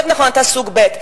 יותר נכון אתה סוג ב'.